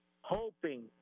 hoping